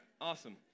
Awesome